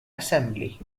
assembly